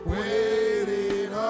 waiting